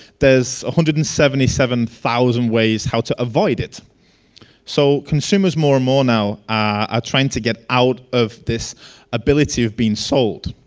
there's a hundred and seventy-seven thousand ways how to avoid. so consumers more and more now are trying to get out of this ability of being sold.